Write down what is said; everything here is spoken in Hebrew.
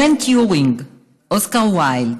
אלן טיורינג, אוסקר ויילד,